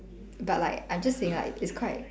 but like I'm just saying like it's quite